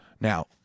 Now